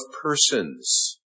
persons